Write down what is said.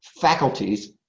faculties